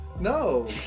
No